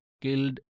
killed